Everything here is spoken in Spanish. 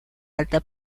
alta